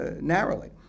narrowly